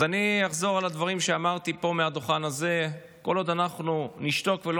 אז אני אחזור על הדברים שאמרתי פה מהדוכן הזה: כל עוד אנחנו נשתוק ולא